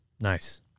Nice